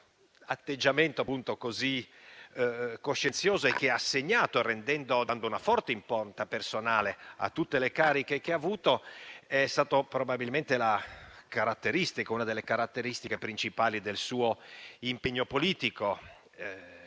Un atteggiamento tanto coscienzioso, che ha segnato, dandogli una forte impronta personale, tutte le cariche che ha avuto, è stata probabilmente una delle caratteristiche principali del suo impegno politico.